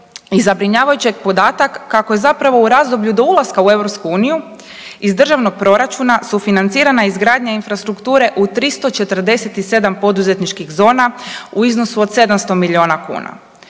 zabrinjavajući je podatak kako je zapravo u razdoblju do ulaska u EU iz državnog proračuna sufinancirana izgradnja infrastrukture u 347 poduzetničkih zona u iznosu od 700 miliona kuna.